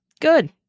good